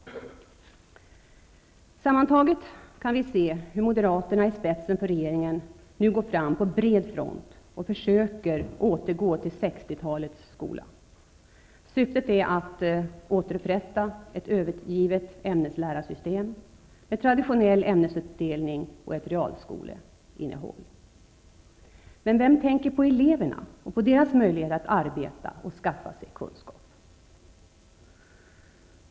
Sammantaget kan vi se hur moderaterna i spetsen för regeringen nu går fram på bred front och försöker återgå till 60-talets skola. Syftet är att återupprätta ett övergivet ämneslärarsystem med traditionell ämnesuppdelning och ett realskoleinnehåll. Men vem tänker på eleverna och på deras möjligheter att arbeta och skaffa sig kunskap?